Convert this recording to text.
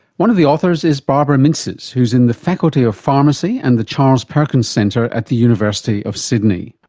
one of the authors is barbara mintzes, who's in the faculty of pharmacy and the charles perkins centre at the university of sydney.